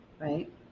right